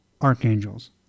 Archangels